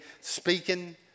speaking